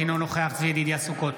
אינו נוכח צבי ידידיה סוכות,